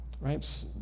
right